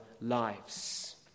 lives